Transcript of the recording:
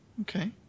Okay